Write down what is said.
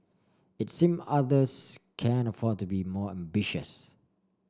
it seems others can afford to be more ambitious